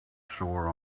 sore